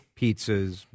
pizzas